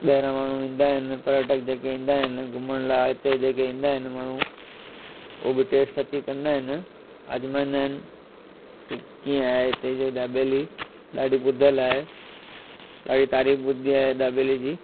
ॿाहिरां माण्हू ईंदा आहिनि पर्यटक जेके ईंदा आहिनि घुमण लाइ हिते जेके ईंदा आहिनि माण्हू उहो बि टेस्ट अची कंदा आहिनि अजामाईंदा आहिनि की कीअं आहे हिते जी दाबेली ॾाढी ॿुधल आहे ॾाढी तारीफ़ ॿुधी आहे दाबेली जी